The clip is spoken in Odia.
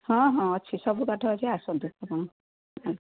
ହଁ ହଁ ଅଛି ସବୁ ପାଠ ଅଛି ଆସନ୍ତୁ ଆପଣ